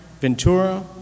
Ventura